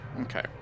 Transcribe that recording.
Okay